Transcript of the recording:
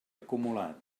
acumulat